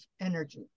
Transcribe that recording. energy